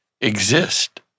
exist